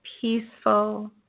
peaceful